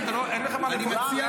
לא, לא.